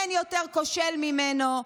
אין יותר כושל ממנו.